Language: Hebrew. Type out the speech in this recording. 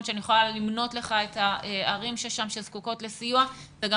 שאני יכולה למנות לך את הערים שם שזקוקות לסיוע אלא אלה